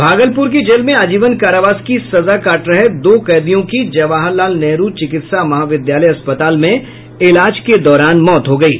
भागलपुर की जेल में आजीवन कारावास की सजा काट रहे दो कैदियों की जवाहरलाल नेहरू चिकित्सा महाविद्यालय अस्पताल में इलाज के दौरान मौत हो गयी